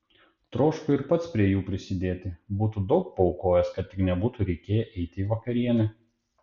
troško ir pats prie jų prisidėti būtų daug paaukojęs kad tik nebūtų reikėję eiti į vakarienę